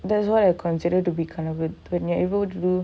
that's what I consider to be கனவு:kanavu when you're able to do